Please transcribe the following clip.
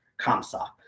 Kamsa